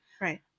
right